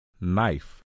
knife